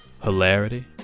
hilarity